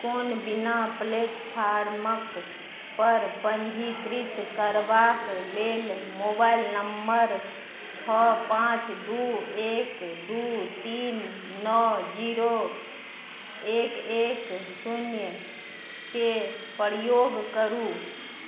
कोनविना प्लेटफार्मपर पञ्जीकृत करबाक लेल मोबाइल नम्बर छओ पाँच दुइ एक दुइ तीन नओ जीरो एक एक शून्यके प्रयोग करू